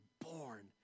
born